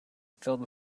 filled